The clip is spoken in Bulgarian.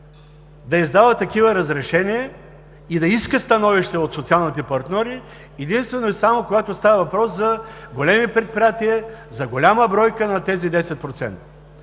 да издава такива разрешения и да иска становище от социалните партньори единствено и само когато става въпрос за големи предприятия, за голяма бройка на тези 10%.